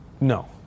No